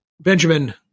Benjamin